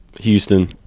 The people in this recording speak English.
Houston